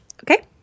Okay